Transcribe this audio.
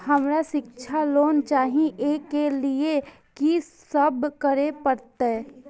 हमरा शिक्षा लोन चाही ऐ के लिए की सब करे परतै?